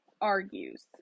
argues